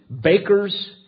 bakers